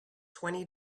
twenty